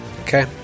Okay